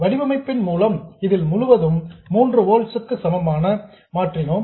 வடிவமைப்பின் மூலம் இதில் முழுவதும் 3 ஓல்ட்ஸ் க்கு சமமாக மாற்றினோம்